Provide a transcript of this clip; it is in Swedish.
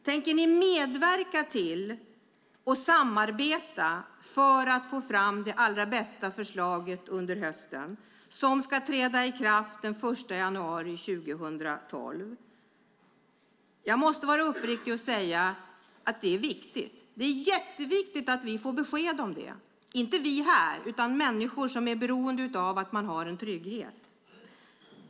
Tänker ni medverka till och samarbeta för att under hösten få fram det allra bästa förslaget som ska träda i kraft den 1 januari 2012? Jag måste vara uppriktig och säga att det är jätteviktigt att vi får besked om det - inte vi här utan människor som är beroende av att ha en trygghet.